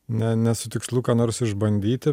ne ne su tikslu ką nors išbandyti